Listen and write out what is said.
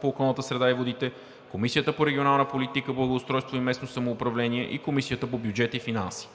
по околната среда и водите, Комисията по регионална политика, благоустройство и местно самоуправление и Комисията по бюджет и финанси.